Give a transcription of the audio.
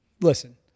Listen